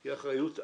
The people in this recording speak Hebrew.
היא אחריות אדירה,